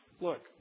look